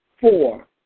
Four